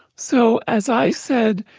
so as i said,